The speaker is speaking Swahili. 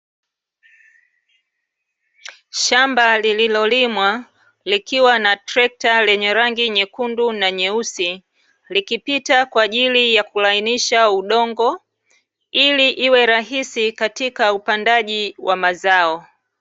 Shamba lililolimwa, likiwa na trekta lenye rangi nyekundu na nyeusi, likipita kwaajili ya kulainisha udongo, ili iwe rahisi katika upandaji wa mazao.